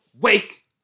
Wake